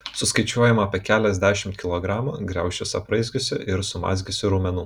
suskaičiuojama apie keliasdešimt kilogramų griaučius apraizgiusių ir sumazgiusių raumenų